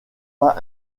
pas